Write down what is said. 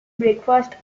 breakfast